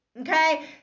okay